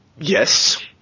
yes